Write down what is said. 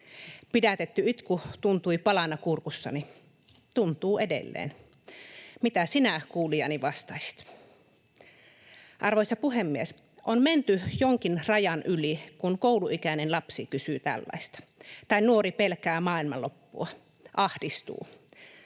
Pidätetty itku tuntui palana kurkussani, tuntuu edelleen. Mitä sinä, kuulijani, vastaisit? Arvoisa puhemies! On menty jonkin rajan yli, kun kouluikäinen lapsi kysyy tällaista tai nuori pelkää maailmanloppua ja ahdistuu.